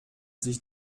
sich